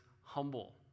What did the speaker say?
humble